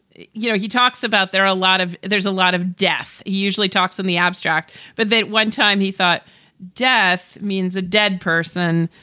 you know, he talks about there a lot of there's a lot of death he usually talks in the abstract. but at one time he thought death means a dead person,